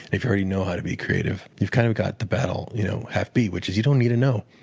if you already know how to be creative, you've kind of got the battle you know half beat, which is you don't need to know.